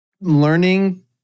learning